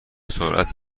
سرعت